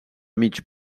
mig